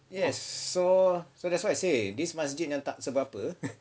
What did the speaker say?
yes so so that's why I say this masjidnya sebab apa